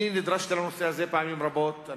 נדרשתי לנושא הזה פעמים רבות,